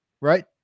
right